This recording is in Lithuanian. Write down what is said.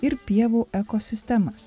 ir pievų ekosistemas